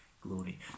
glory